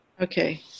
Okay